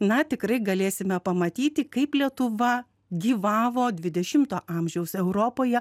na tikrai galėsime pamatyti kaip lietuva gyvavo dvidešimto amžiaus europoje